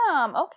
Okay